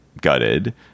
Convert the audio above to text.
gutted